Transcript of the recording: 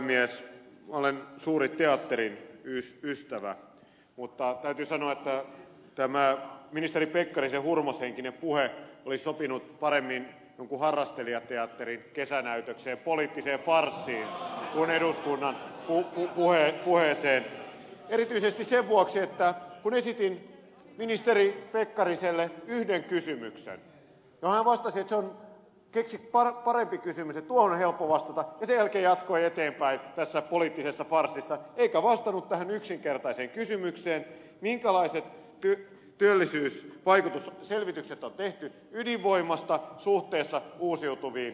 minä olen suuri teatterin ystävä mutta täytyy sanoa että tämä ministeri pekkarisen hurmoshenkinen puhe olisi sopinut paremmin jonkun harrastelijateatterin kesänäytökseen poliittiseen farssiin kuin eduskunnan puheeseen erityisesti sen vuoksi että kun esitin ministeri pekkariselle yhden kysymyksen hän vastasi että keksi parempi kysymys tuohon on helppo vastata sen jälkeen hän jatkoi eteenpäin tässä poliittisessa farssissa eikä vastannut tähän yksinkertaiseen kysymykseen minkälaiset työllisyysvaikutusselvitykset on tehty ydinvoimasta suhteessa uusiutuviin